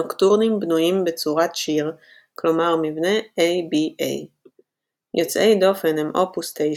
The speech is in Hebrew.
הנוקטרונים בנויים בצורת שיר כלומר מבנה A-B-A. יוצאי דופן הם אופוס 9,